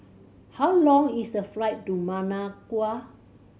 how long is the flight to Managua